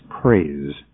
praise